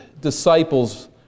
disciples